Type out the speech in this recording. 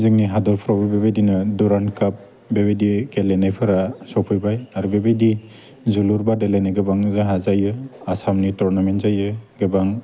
जोंनि हादरफ्रावजो बेबायदिनो डुरान्ड काप बेबायदि गेलेनायफ्रा सफैबाय आरो बेबायदि जुलुर बादाय लायनाय गोबां जाहा जायो आसामनि टुरनामेन्ट जायो गोबां